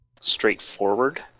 straightforward